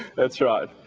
that's right